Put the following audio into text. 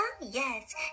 yes